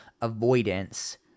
avoidance